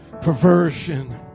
perversion